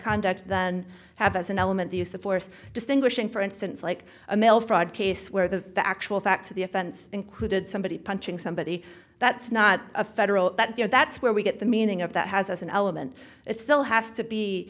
conduct and have as an element the use of force distinguishing for instance like a mail fraud case where the actual facts of the offense included somebody punching somebody that's not a federal you know that's where we get the meaning of that has an element it still has to be